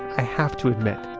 i have to admit.